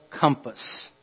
compass